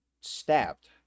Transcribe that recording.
stabbed